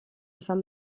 izan